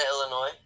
Illinois